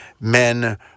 Men